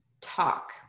talk